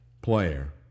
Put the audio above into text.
player